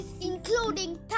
including